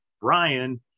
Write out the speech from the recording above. Brian